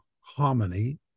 harmony